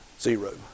Zero